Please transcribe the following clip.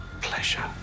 Pleasure